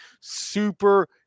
super